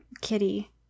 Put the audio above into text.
kitty